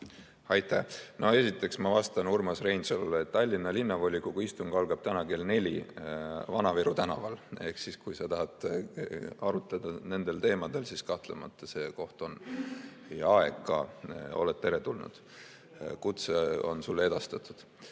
Aitäh! Esiteks, ma vastan Urmas Reinsalule, et Tallinna Linnavolikogu istung algab täna kell neli Vana-Viru tänaval. Kui sa tahad arutada nendel teemadel, siis kahtlemata see on see koht ja aeg, oled teretulnud. Kutse on sulle edastatud.